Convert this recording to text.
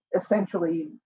essentially